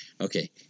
okay